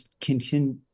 continue